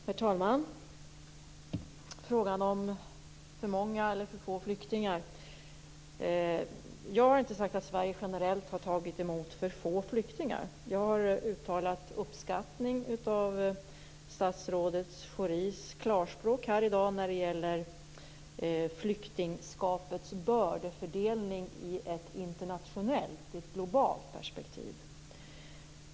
Herr talman! Frågan om för många eller för få flyktingar: Jag har inte sagt att Sverige generellt har tagit emot för få flyktingar. Jag har uttalat uppskattning av statsrådet Schoris klarspråk här i dag när det gäller flyktingskapets bördefördelning i ett globalt perspektiv.